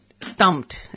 stumped